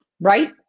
Right